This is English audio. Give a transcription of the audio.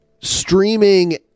streaming